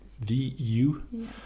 VU